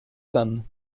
son